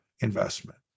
investment